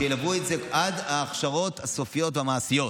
שילוו את זה עד ההכשרות הסופיות והמעשיות.